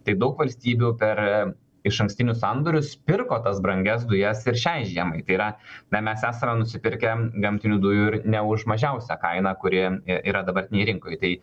tai daug valstybių per išankstinius sandorius pirko tas brangias dujas ir šiai žiemai tai yra na mes esame nusipirkę gamtinių dujų ir ne už mažiausią kainą kuri yra dabartinėj rinkoj tai